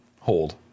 hold